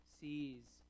sees